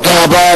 תודה רבה.